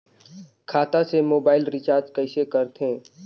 खाता से mobile recharge कइसे करथे